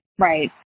Right